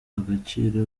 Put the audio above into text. agaciro